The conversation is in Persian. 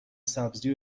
سبزی